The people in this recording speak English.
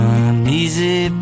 uneasy